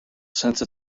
since